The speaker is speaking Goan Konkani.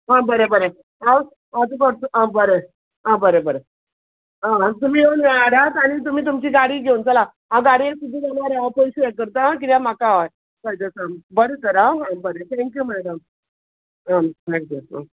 हा बरें बरें हांव हांव तुका पार्स आ बरें आ बरें बरें आ आनी तुमी येवन हाडात आनी तुमी तुमची गाडी घेवन चला हांव गाडये किदें जाल्यार हांव पयशे हें करता किद्या म्हाका अय फायदो आसा बरें तर आ आ बरें थँक्यू मॅडम आ थँक्यू आ